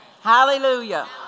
Hallelujah